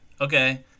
Okay